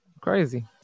Crazy